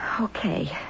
Okay